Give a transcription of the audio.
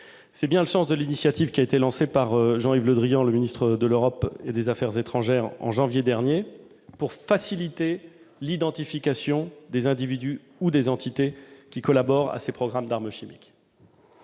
est bien le sens de l'initiative qui a été lancée par Jean-Yves Le Drian, ministre de l'Europe et des affaires étrangères, en janvier dernier, pour faciliter l'identification des individus ou des entités qui collaborent à ces programmes d'armes chimiques.